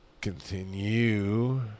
Continue